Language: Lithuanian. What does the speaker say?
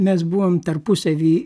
mes buvom tarpusavy